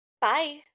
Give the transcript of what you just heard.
bye